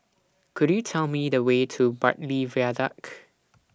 Could YOU Tell Me The Way to Bartley Viaduct